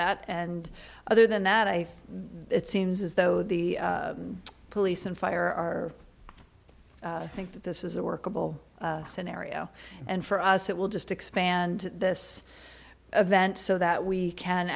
that and other than that i it seems as though the police and fire are i think that this is a workable scenario and for us it will just expand this event so that we can